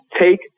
take